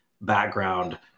background